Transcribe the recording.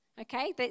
Okay